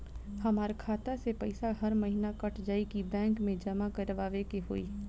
हमार खाता से पैसा हर महीना कट जायी की बैंक मे जमा करवाए के होई?